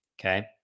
okay